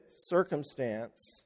circumstance